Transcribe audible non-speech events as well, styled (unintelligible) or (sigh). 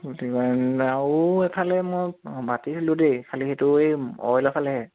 (unintelligible) আৰু এফালে মই বাতিছিলো দেই খালি সেইটো এই অইলৰফালেহে